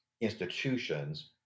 institutions